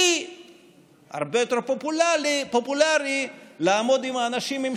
כי הרבה יותר פופולרי לעמוד עם האנשים ועם